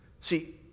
See